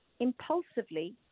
impulsively